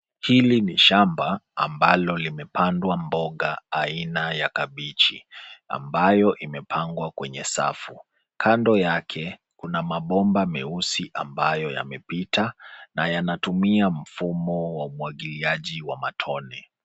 Hili ni shamba ambalo limepandwa mboga aina ya kabeji ambayo imepangwa kwenye safu. Kando yake kuna mabomba meusi ambayo yamepita na yanatumia mfumo wa umwagiliaji wa matone.